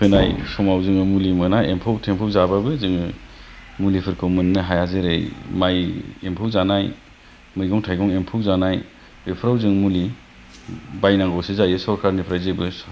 फोनाय समाव जोङो मुलि मोना एम्फौ थेम्फौ जाबाबो जोङो मुलिफोरखौ मोननो हाया जेरै माइ एम्फौ जानाय मैगं थायगं एम्फौ जानाय बेफोराव जों मुलि बायनांगौसो जायो सरखारनिफ्राय जेबो